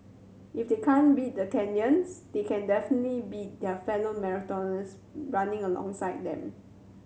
if they can't beat the Kenyans they can definitely beat their fellow marathoners running alongside them